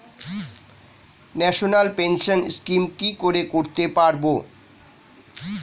National pension scheme কি করে করতে পারব?